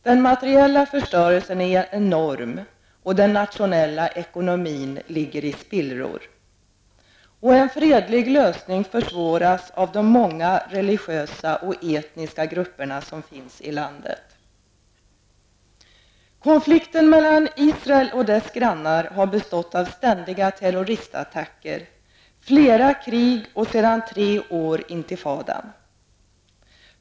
Den materiella förstörelsen är enorm, och den nationella ekonomin ligger i spillror. En fredlig lösning försvåras av de många religiösa och etniska grupper som finns i landet. Konflikten mellan Israel och dess grannar har inneburit ständiga terroristattacker, flera krig och sedan tre år tillbaka intifadan.